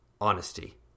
honesty